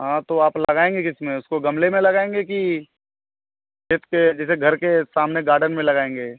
तो आप लगाएँगे किस में उसको गमले में लगाएँगे कि पे जैसे घर के सामने गार्डन में लगाएँगे